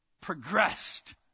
progressed